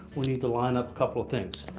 we need to line up a couple of things.